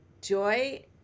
joy